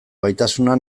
gaitasuna